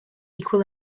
equal